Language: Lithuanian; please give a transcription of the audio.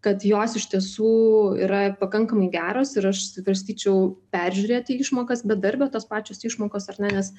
kad jos iš tiesų yra pakankamai geros ir aš svarstyčiau peržiūrėti išmokas bedarbio tos pačios išmokos ar ne nes